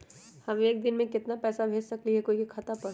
हम एक दिन में केतना पैसा भेज सकली ह कोई के खाता पर?